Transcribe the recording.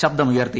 ശബ്ദമുയർത്തി